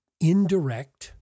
indirect